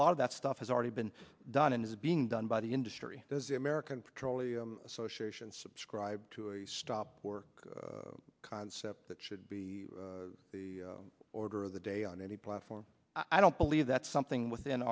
lot of that stuff has already been done and is being done by the industry the american petroleum association subscribe to a stop work concept that should be the order of the day on any platform i don't believe that's something within